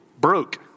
broke